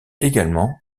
également